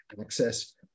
access